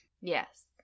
Yes